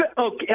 Okay